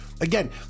Again